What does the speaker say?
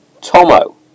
Tomo